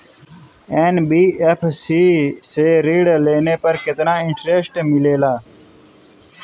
NBFC से ऋण लेने पर केतना इंटरेस्ट मिलेला?